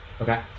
Okay